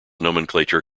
nomenclature